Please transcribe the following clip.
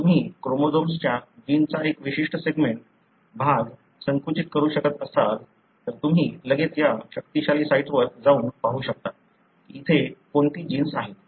जर तुम्ही क्रोमोझोम्सच्या जीनचा एक विशिष्ट सेगमेंट भाग संकुचित करू शकत असाल तर तुम्ही लगेच या शक्तिशाली साइट्सवर जाऊन पाहू शकता की येथे कोणती जीन्स आहेत